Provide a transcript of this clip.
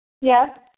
Yes